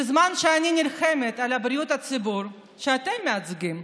בזמן שאני נלחמת על בריאות הציבור שאתם מייצגים,